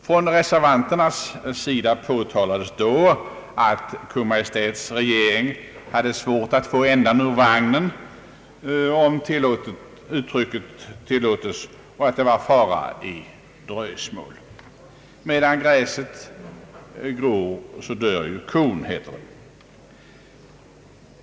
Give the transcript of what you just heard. Från reservanternas sida påtalades då att Kungl. Maj:ts regering hade svårt att få ändan ur vagnen, om uttrycket tillåts, och att det var fara i dröjsmål. Medan gräset växer dör kon, heter det.